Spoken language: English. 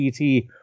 ET